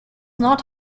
not